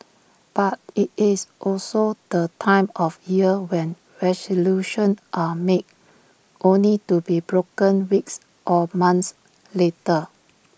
but IT is also the time of year when resolutions are made only to be broken weeks or months later